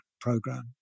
program